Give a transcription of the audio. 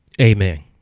Amen